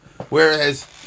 Whereas